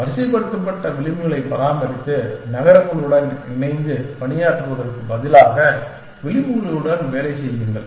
வரிசைப்படுத்தப்பட்ட விளிம்புகளைப் பராமரித்து நகரங்களுடன் இணைந்து பணியாற்றுவதற்குப் பதிலாக விளிம்புகளுடன் வேலை செய்யுங்கள்